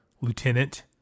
lieutenant